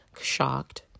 shocked